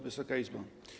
Wysoka Izbo!